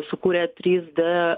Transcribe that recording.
sukurė trys d